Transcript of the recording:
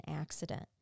accident